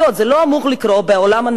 זה לא אמור לקרות בעולם הנאור,